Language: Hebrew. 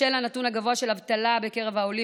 בשל הנתון הגבוה של אבטלה בקרב העולים,